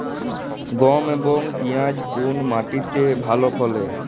গম এবং পিয়াজ কোন মাটি তে ভালো ফলে?